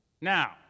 now